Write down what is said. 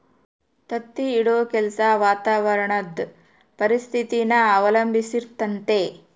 ತತ್ತಿ ಇಡೋ ಕೆಲ್ಸ ವಾತಾವರಣುದ್ ಪರಿಸ್ಥಿತಿನ ಅವಲಂಬಿಸಿರ್ತತೆ